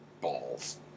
Balls